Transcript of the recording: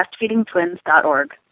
breastfeedingtwins.org